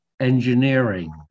engineering